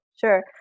Sure